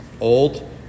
old